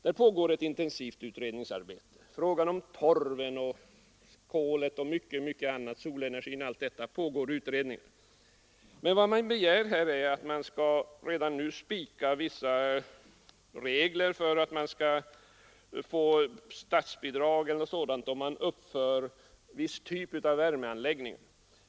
Det pågår ett intensivt utredningsarbete i fråga om torven, kolet, solenergin och mycket annat. Men vad som här begärs är att vi redan nu skall spika vissa regler för erhållande av statsbidrag när man uppför viss typ av värmeanläggning.